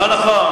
לא נכון,